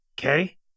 okay